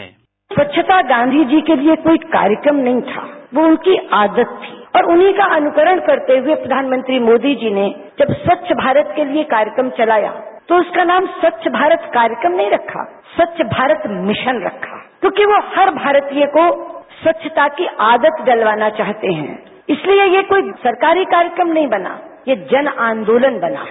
bite स्वच्छता गांधी जी के लिए कोई कार्यक्रम नहीं था वो उनकी आदत थी और उन्हीं का अनुकरण करते हुए प्रधानमंत्री मोदी जी ने जब स्वच्छ भारत के लिए कार्यक्रम चलाया तो उसका नाम स्वच्छ भारत कार्यक्रम नहीं रखा स्वच्छ भारत मिशन रखा क्योंकि वो हर भारतीय को स्वच्छता की आदत डलवाना चाहते हैं इसलिये ये कोई सरकारी कार्यक्रम नहीं बना ये जन आंदोलन बना है